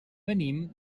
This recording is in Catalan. venim